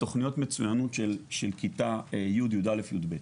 לתוכניות מצוינות של כיתה י, י"א, י"ב.